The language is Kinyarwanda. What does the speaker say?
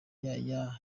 yaya